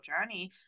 journey